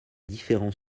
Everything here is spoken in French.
différents